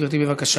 גברתי, בבקשה.